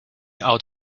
out